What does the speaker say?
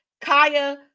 Kaya